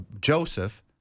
joseph